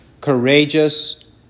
courageous